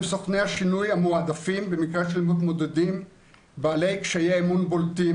סוכני השינוי המועדפים במקרה של מתמודדים בעלי קשיי אמון בולטים,